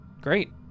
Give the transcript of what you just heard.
Great